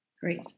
Great